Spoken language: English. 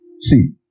See